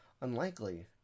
Unlikely